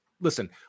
listen